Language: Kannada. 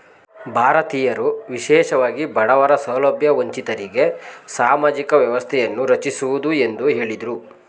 ಭಾರತೀಯರು ವಿಶೇಷವಾಗಿ ಬಡವರ ಸೌಲಭ್ಯ ವಂಚಿತರಿಗೆ ಸಾಮಾಜಿಕ ವ್ಯವಸ್ಥೆಯನ್ನು ರಚಿಸುವುದು ಎಂದು ಹೇಳಿದ್ರು